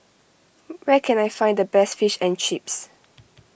where can I find the best Fish and Chips